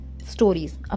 Stories